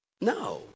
No